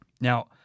Now